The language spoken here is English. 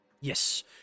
Yes